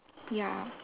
ya